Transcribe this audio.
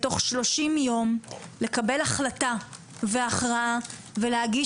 בתוך 30 יום לקבל החלטה והכרעה ולהגיד